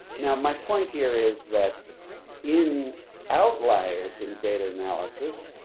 now my point here is that in outliers in data analysis,